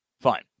Fine